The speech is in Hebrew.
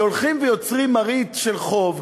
שהולכים ויוצרים מראית של חוב,